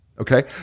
Okay